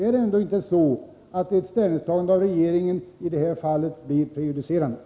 Är det ändå inte så, att ett ställningstagande från regeringen i det här fallet blir prejudicerande?